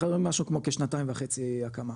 משהו כמו שנתיים וחצי הקמה,